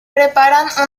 preparan